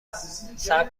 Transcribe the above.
صبر